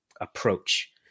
approach